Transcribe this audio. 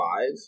five